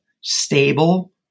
stable